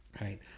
right